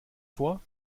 vor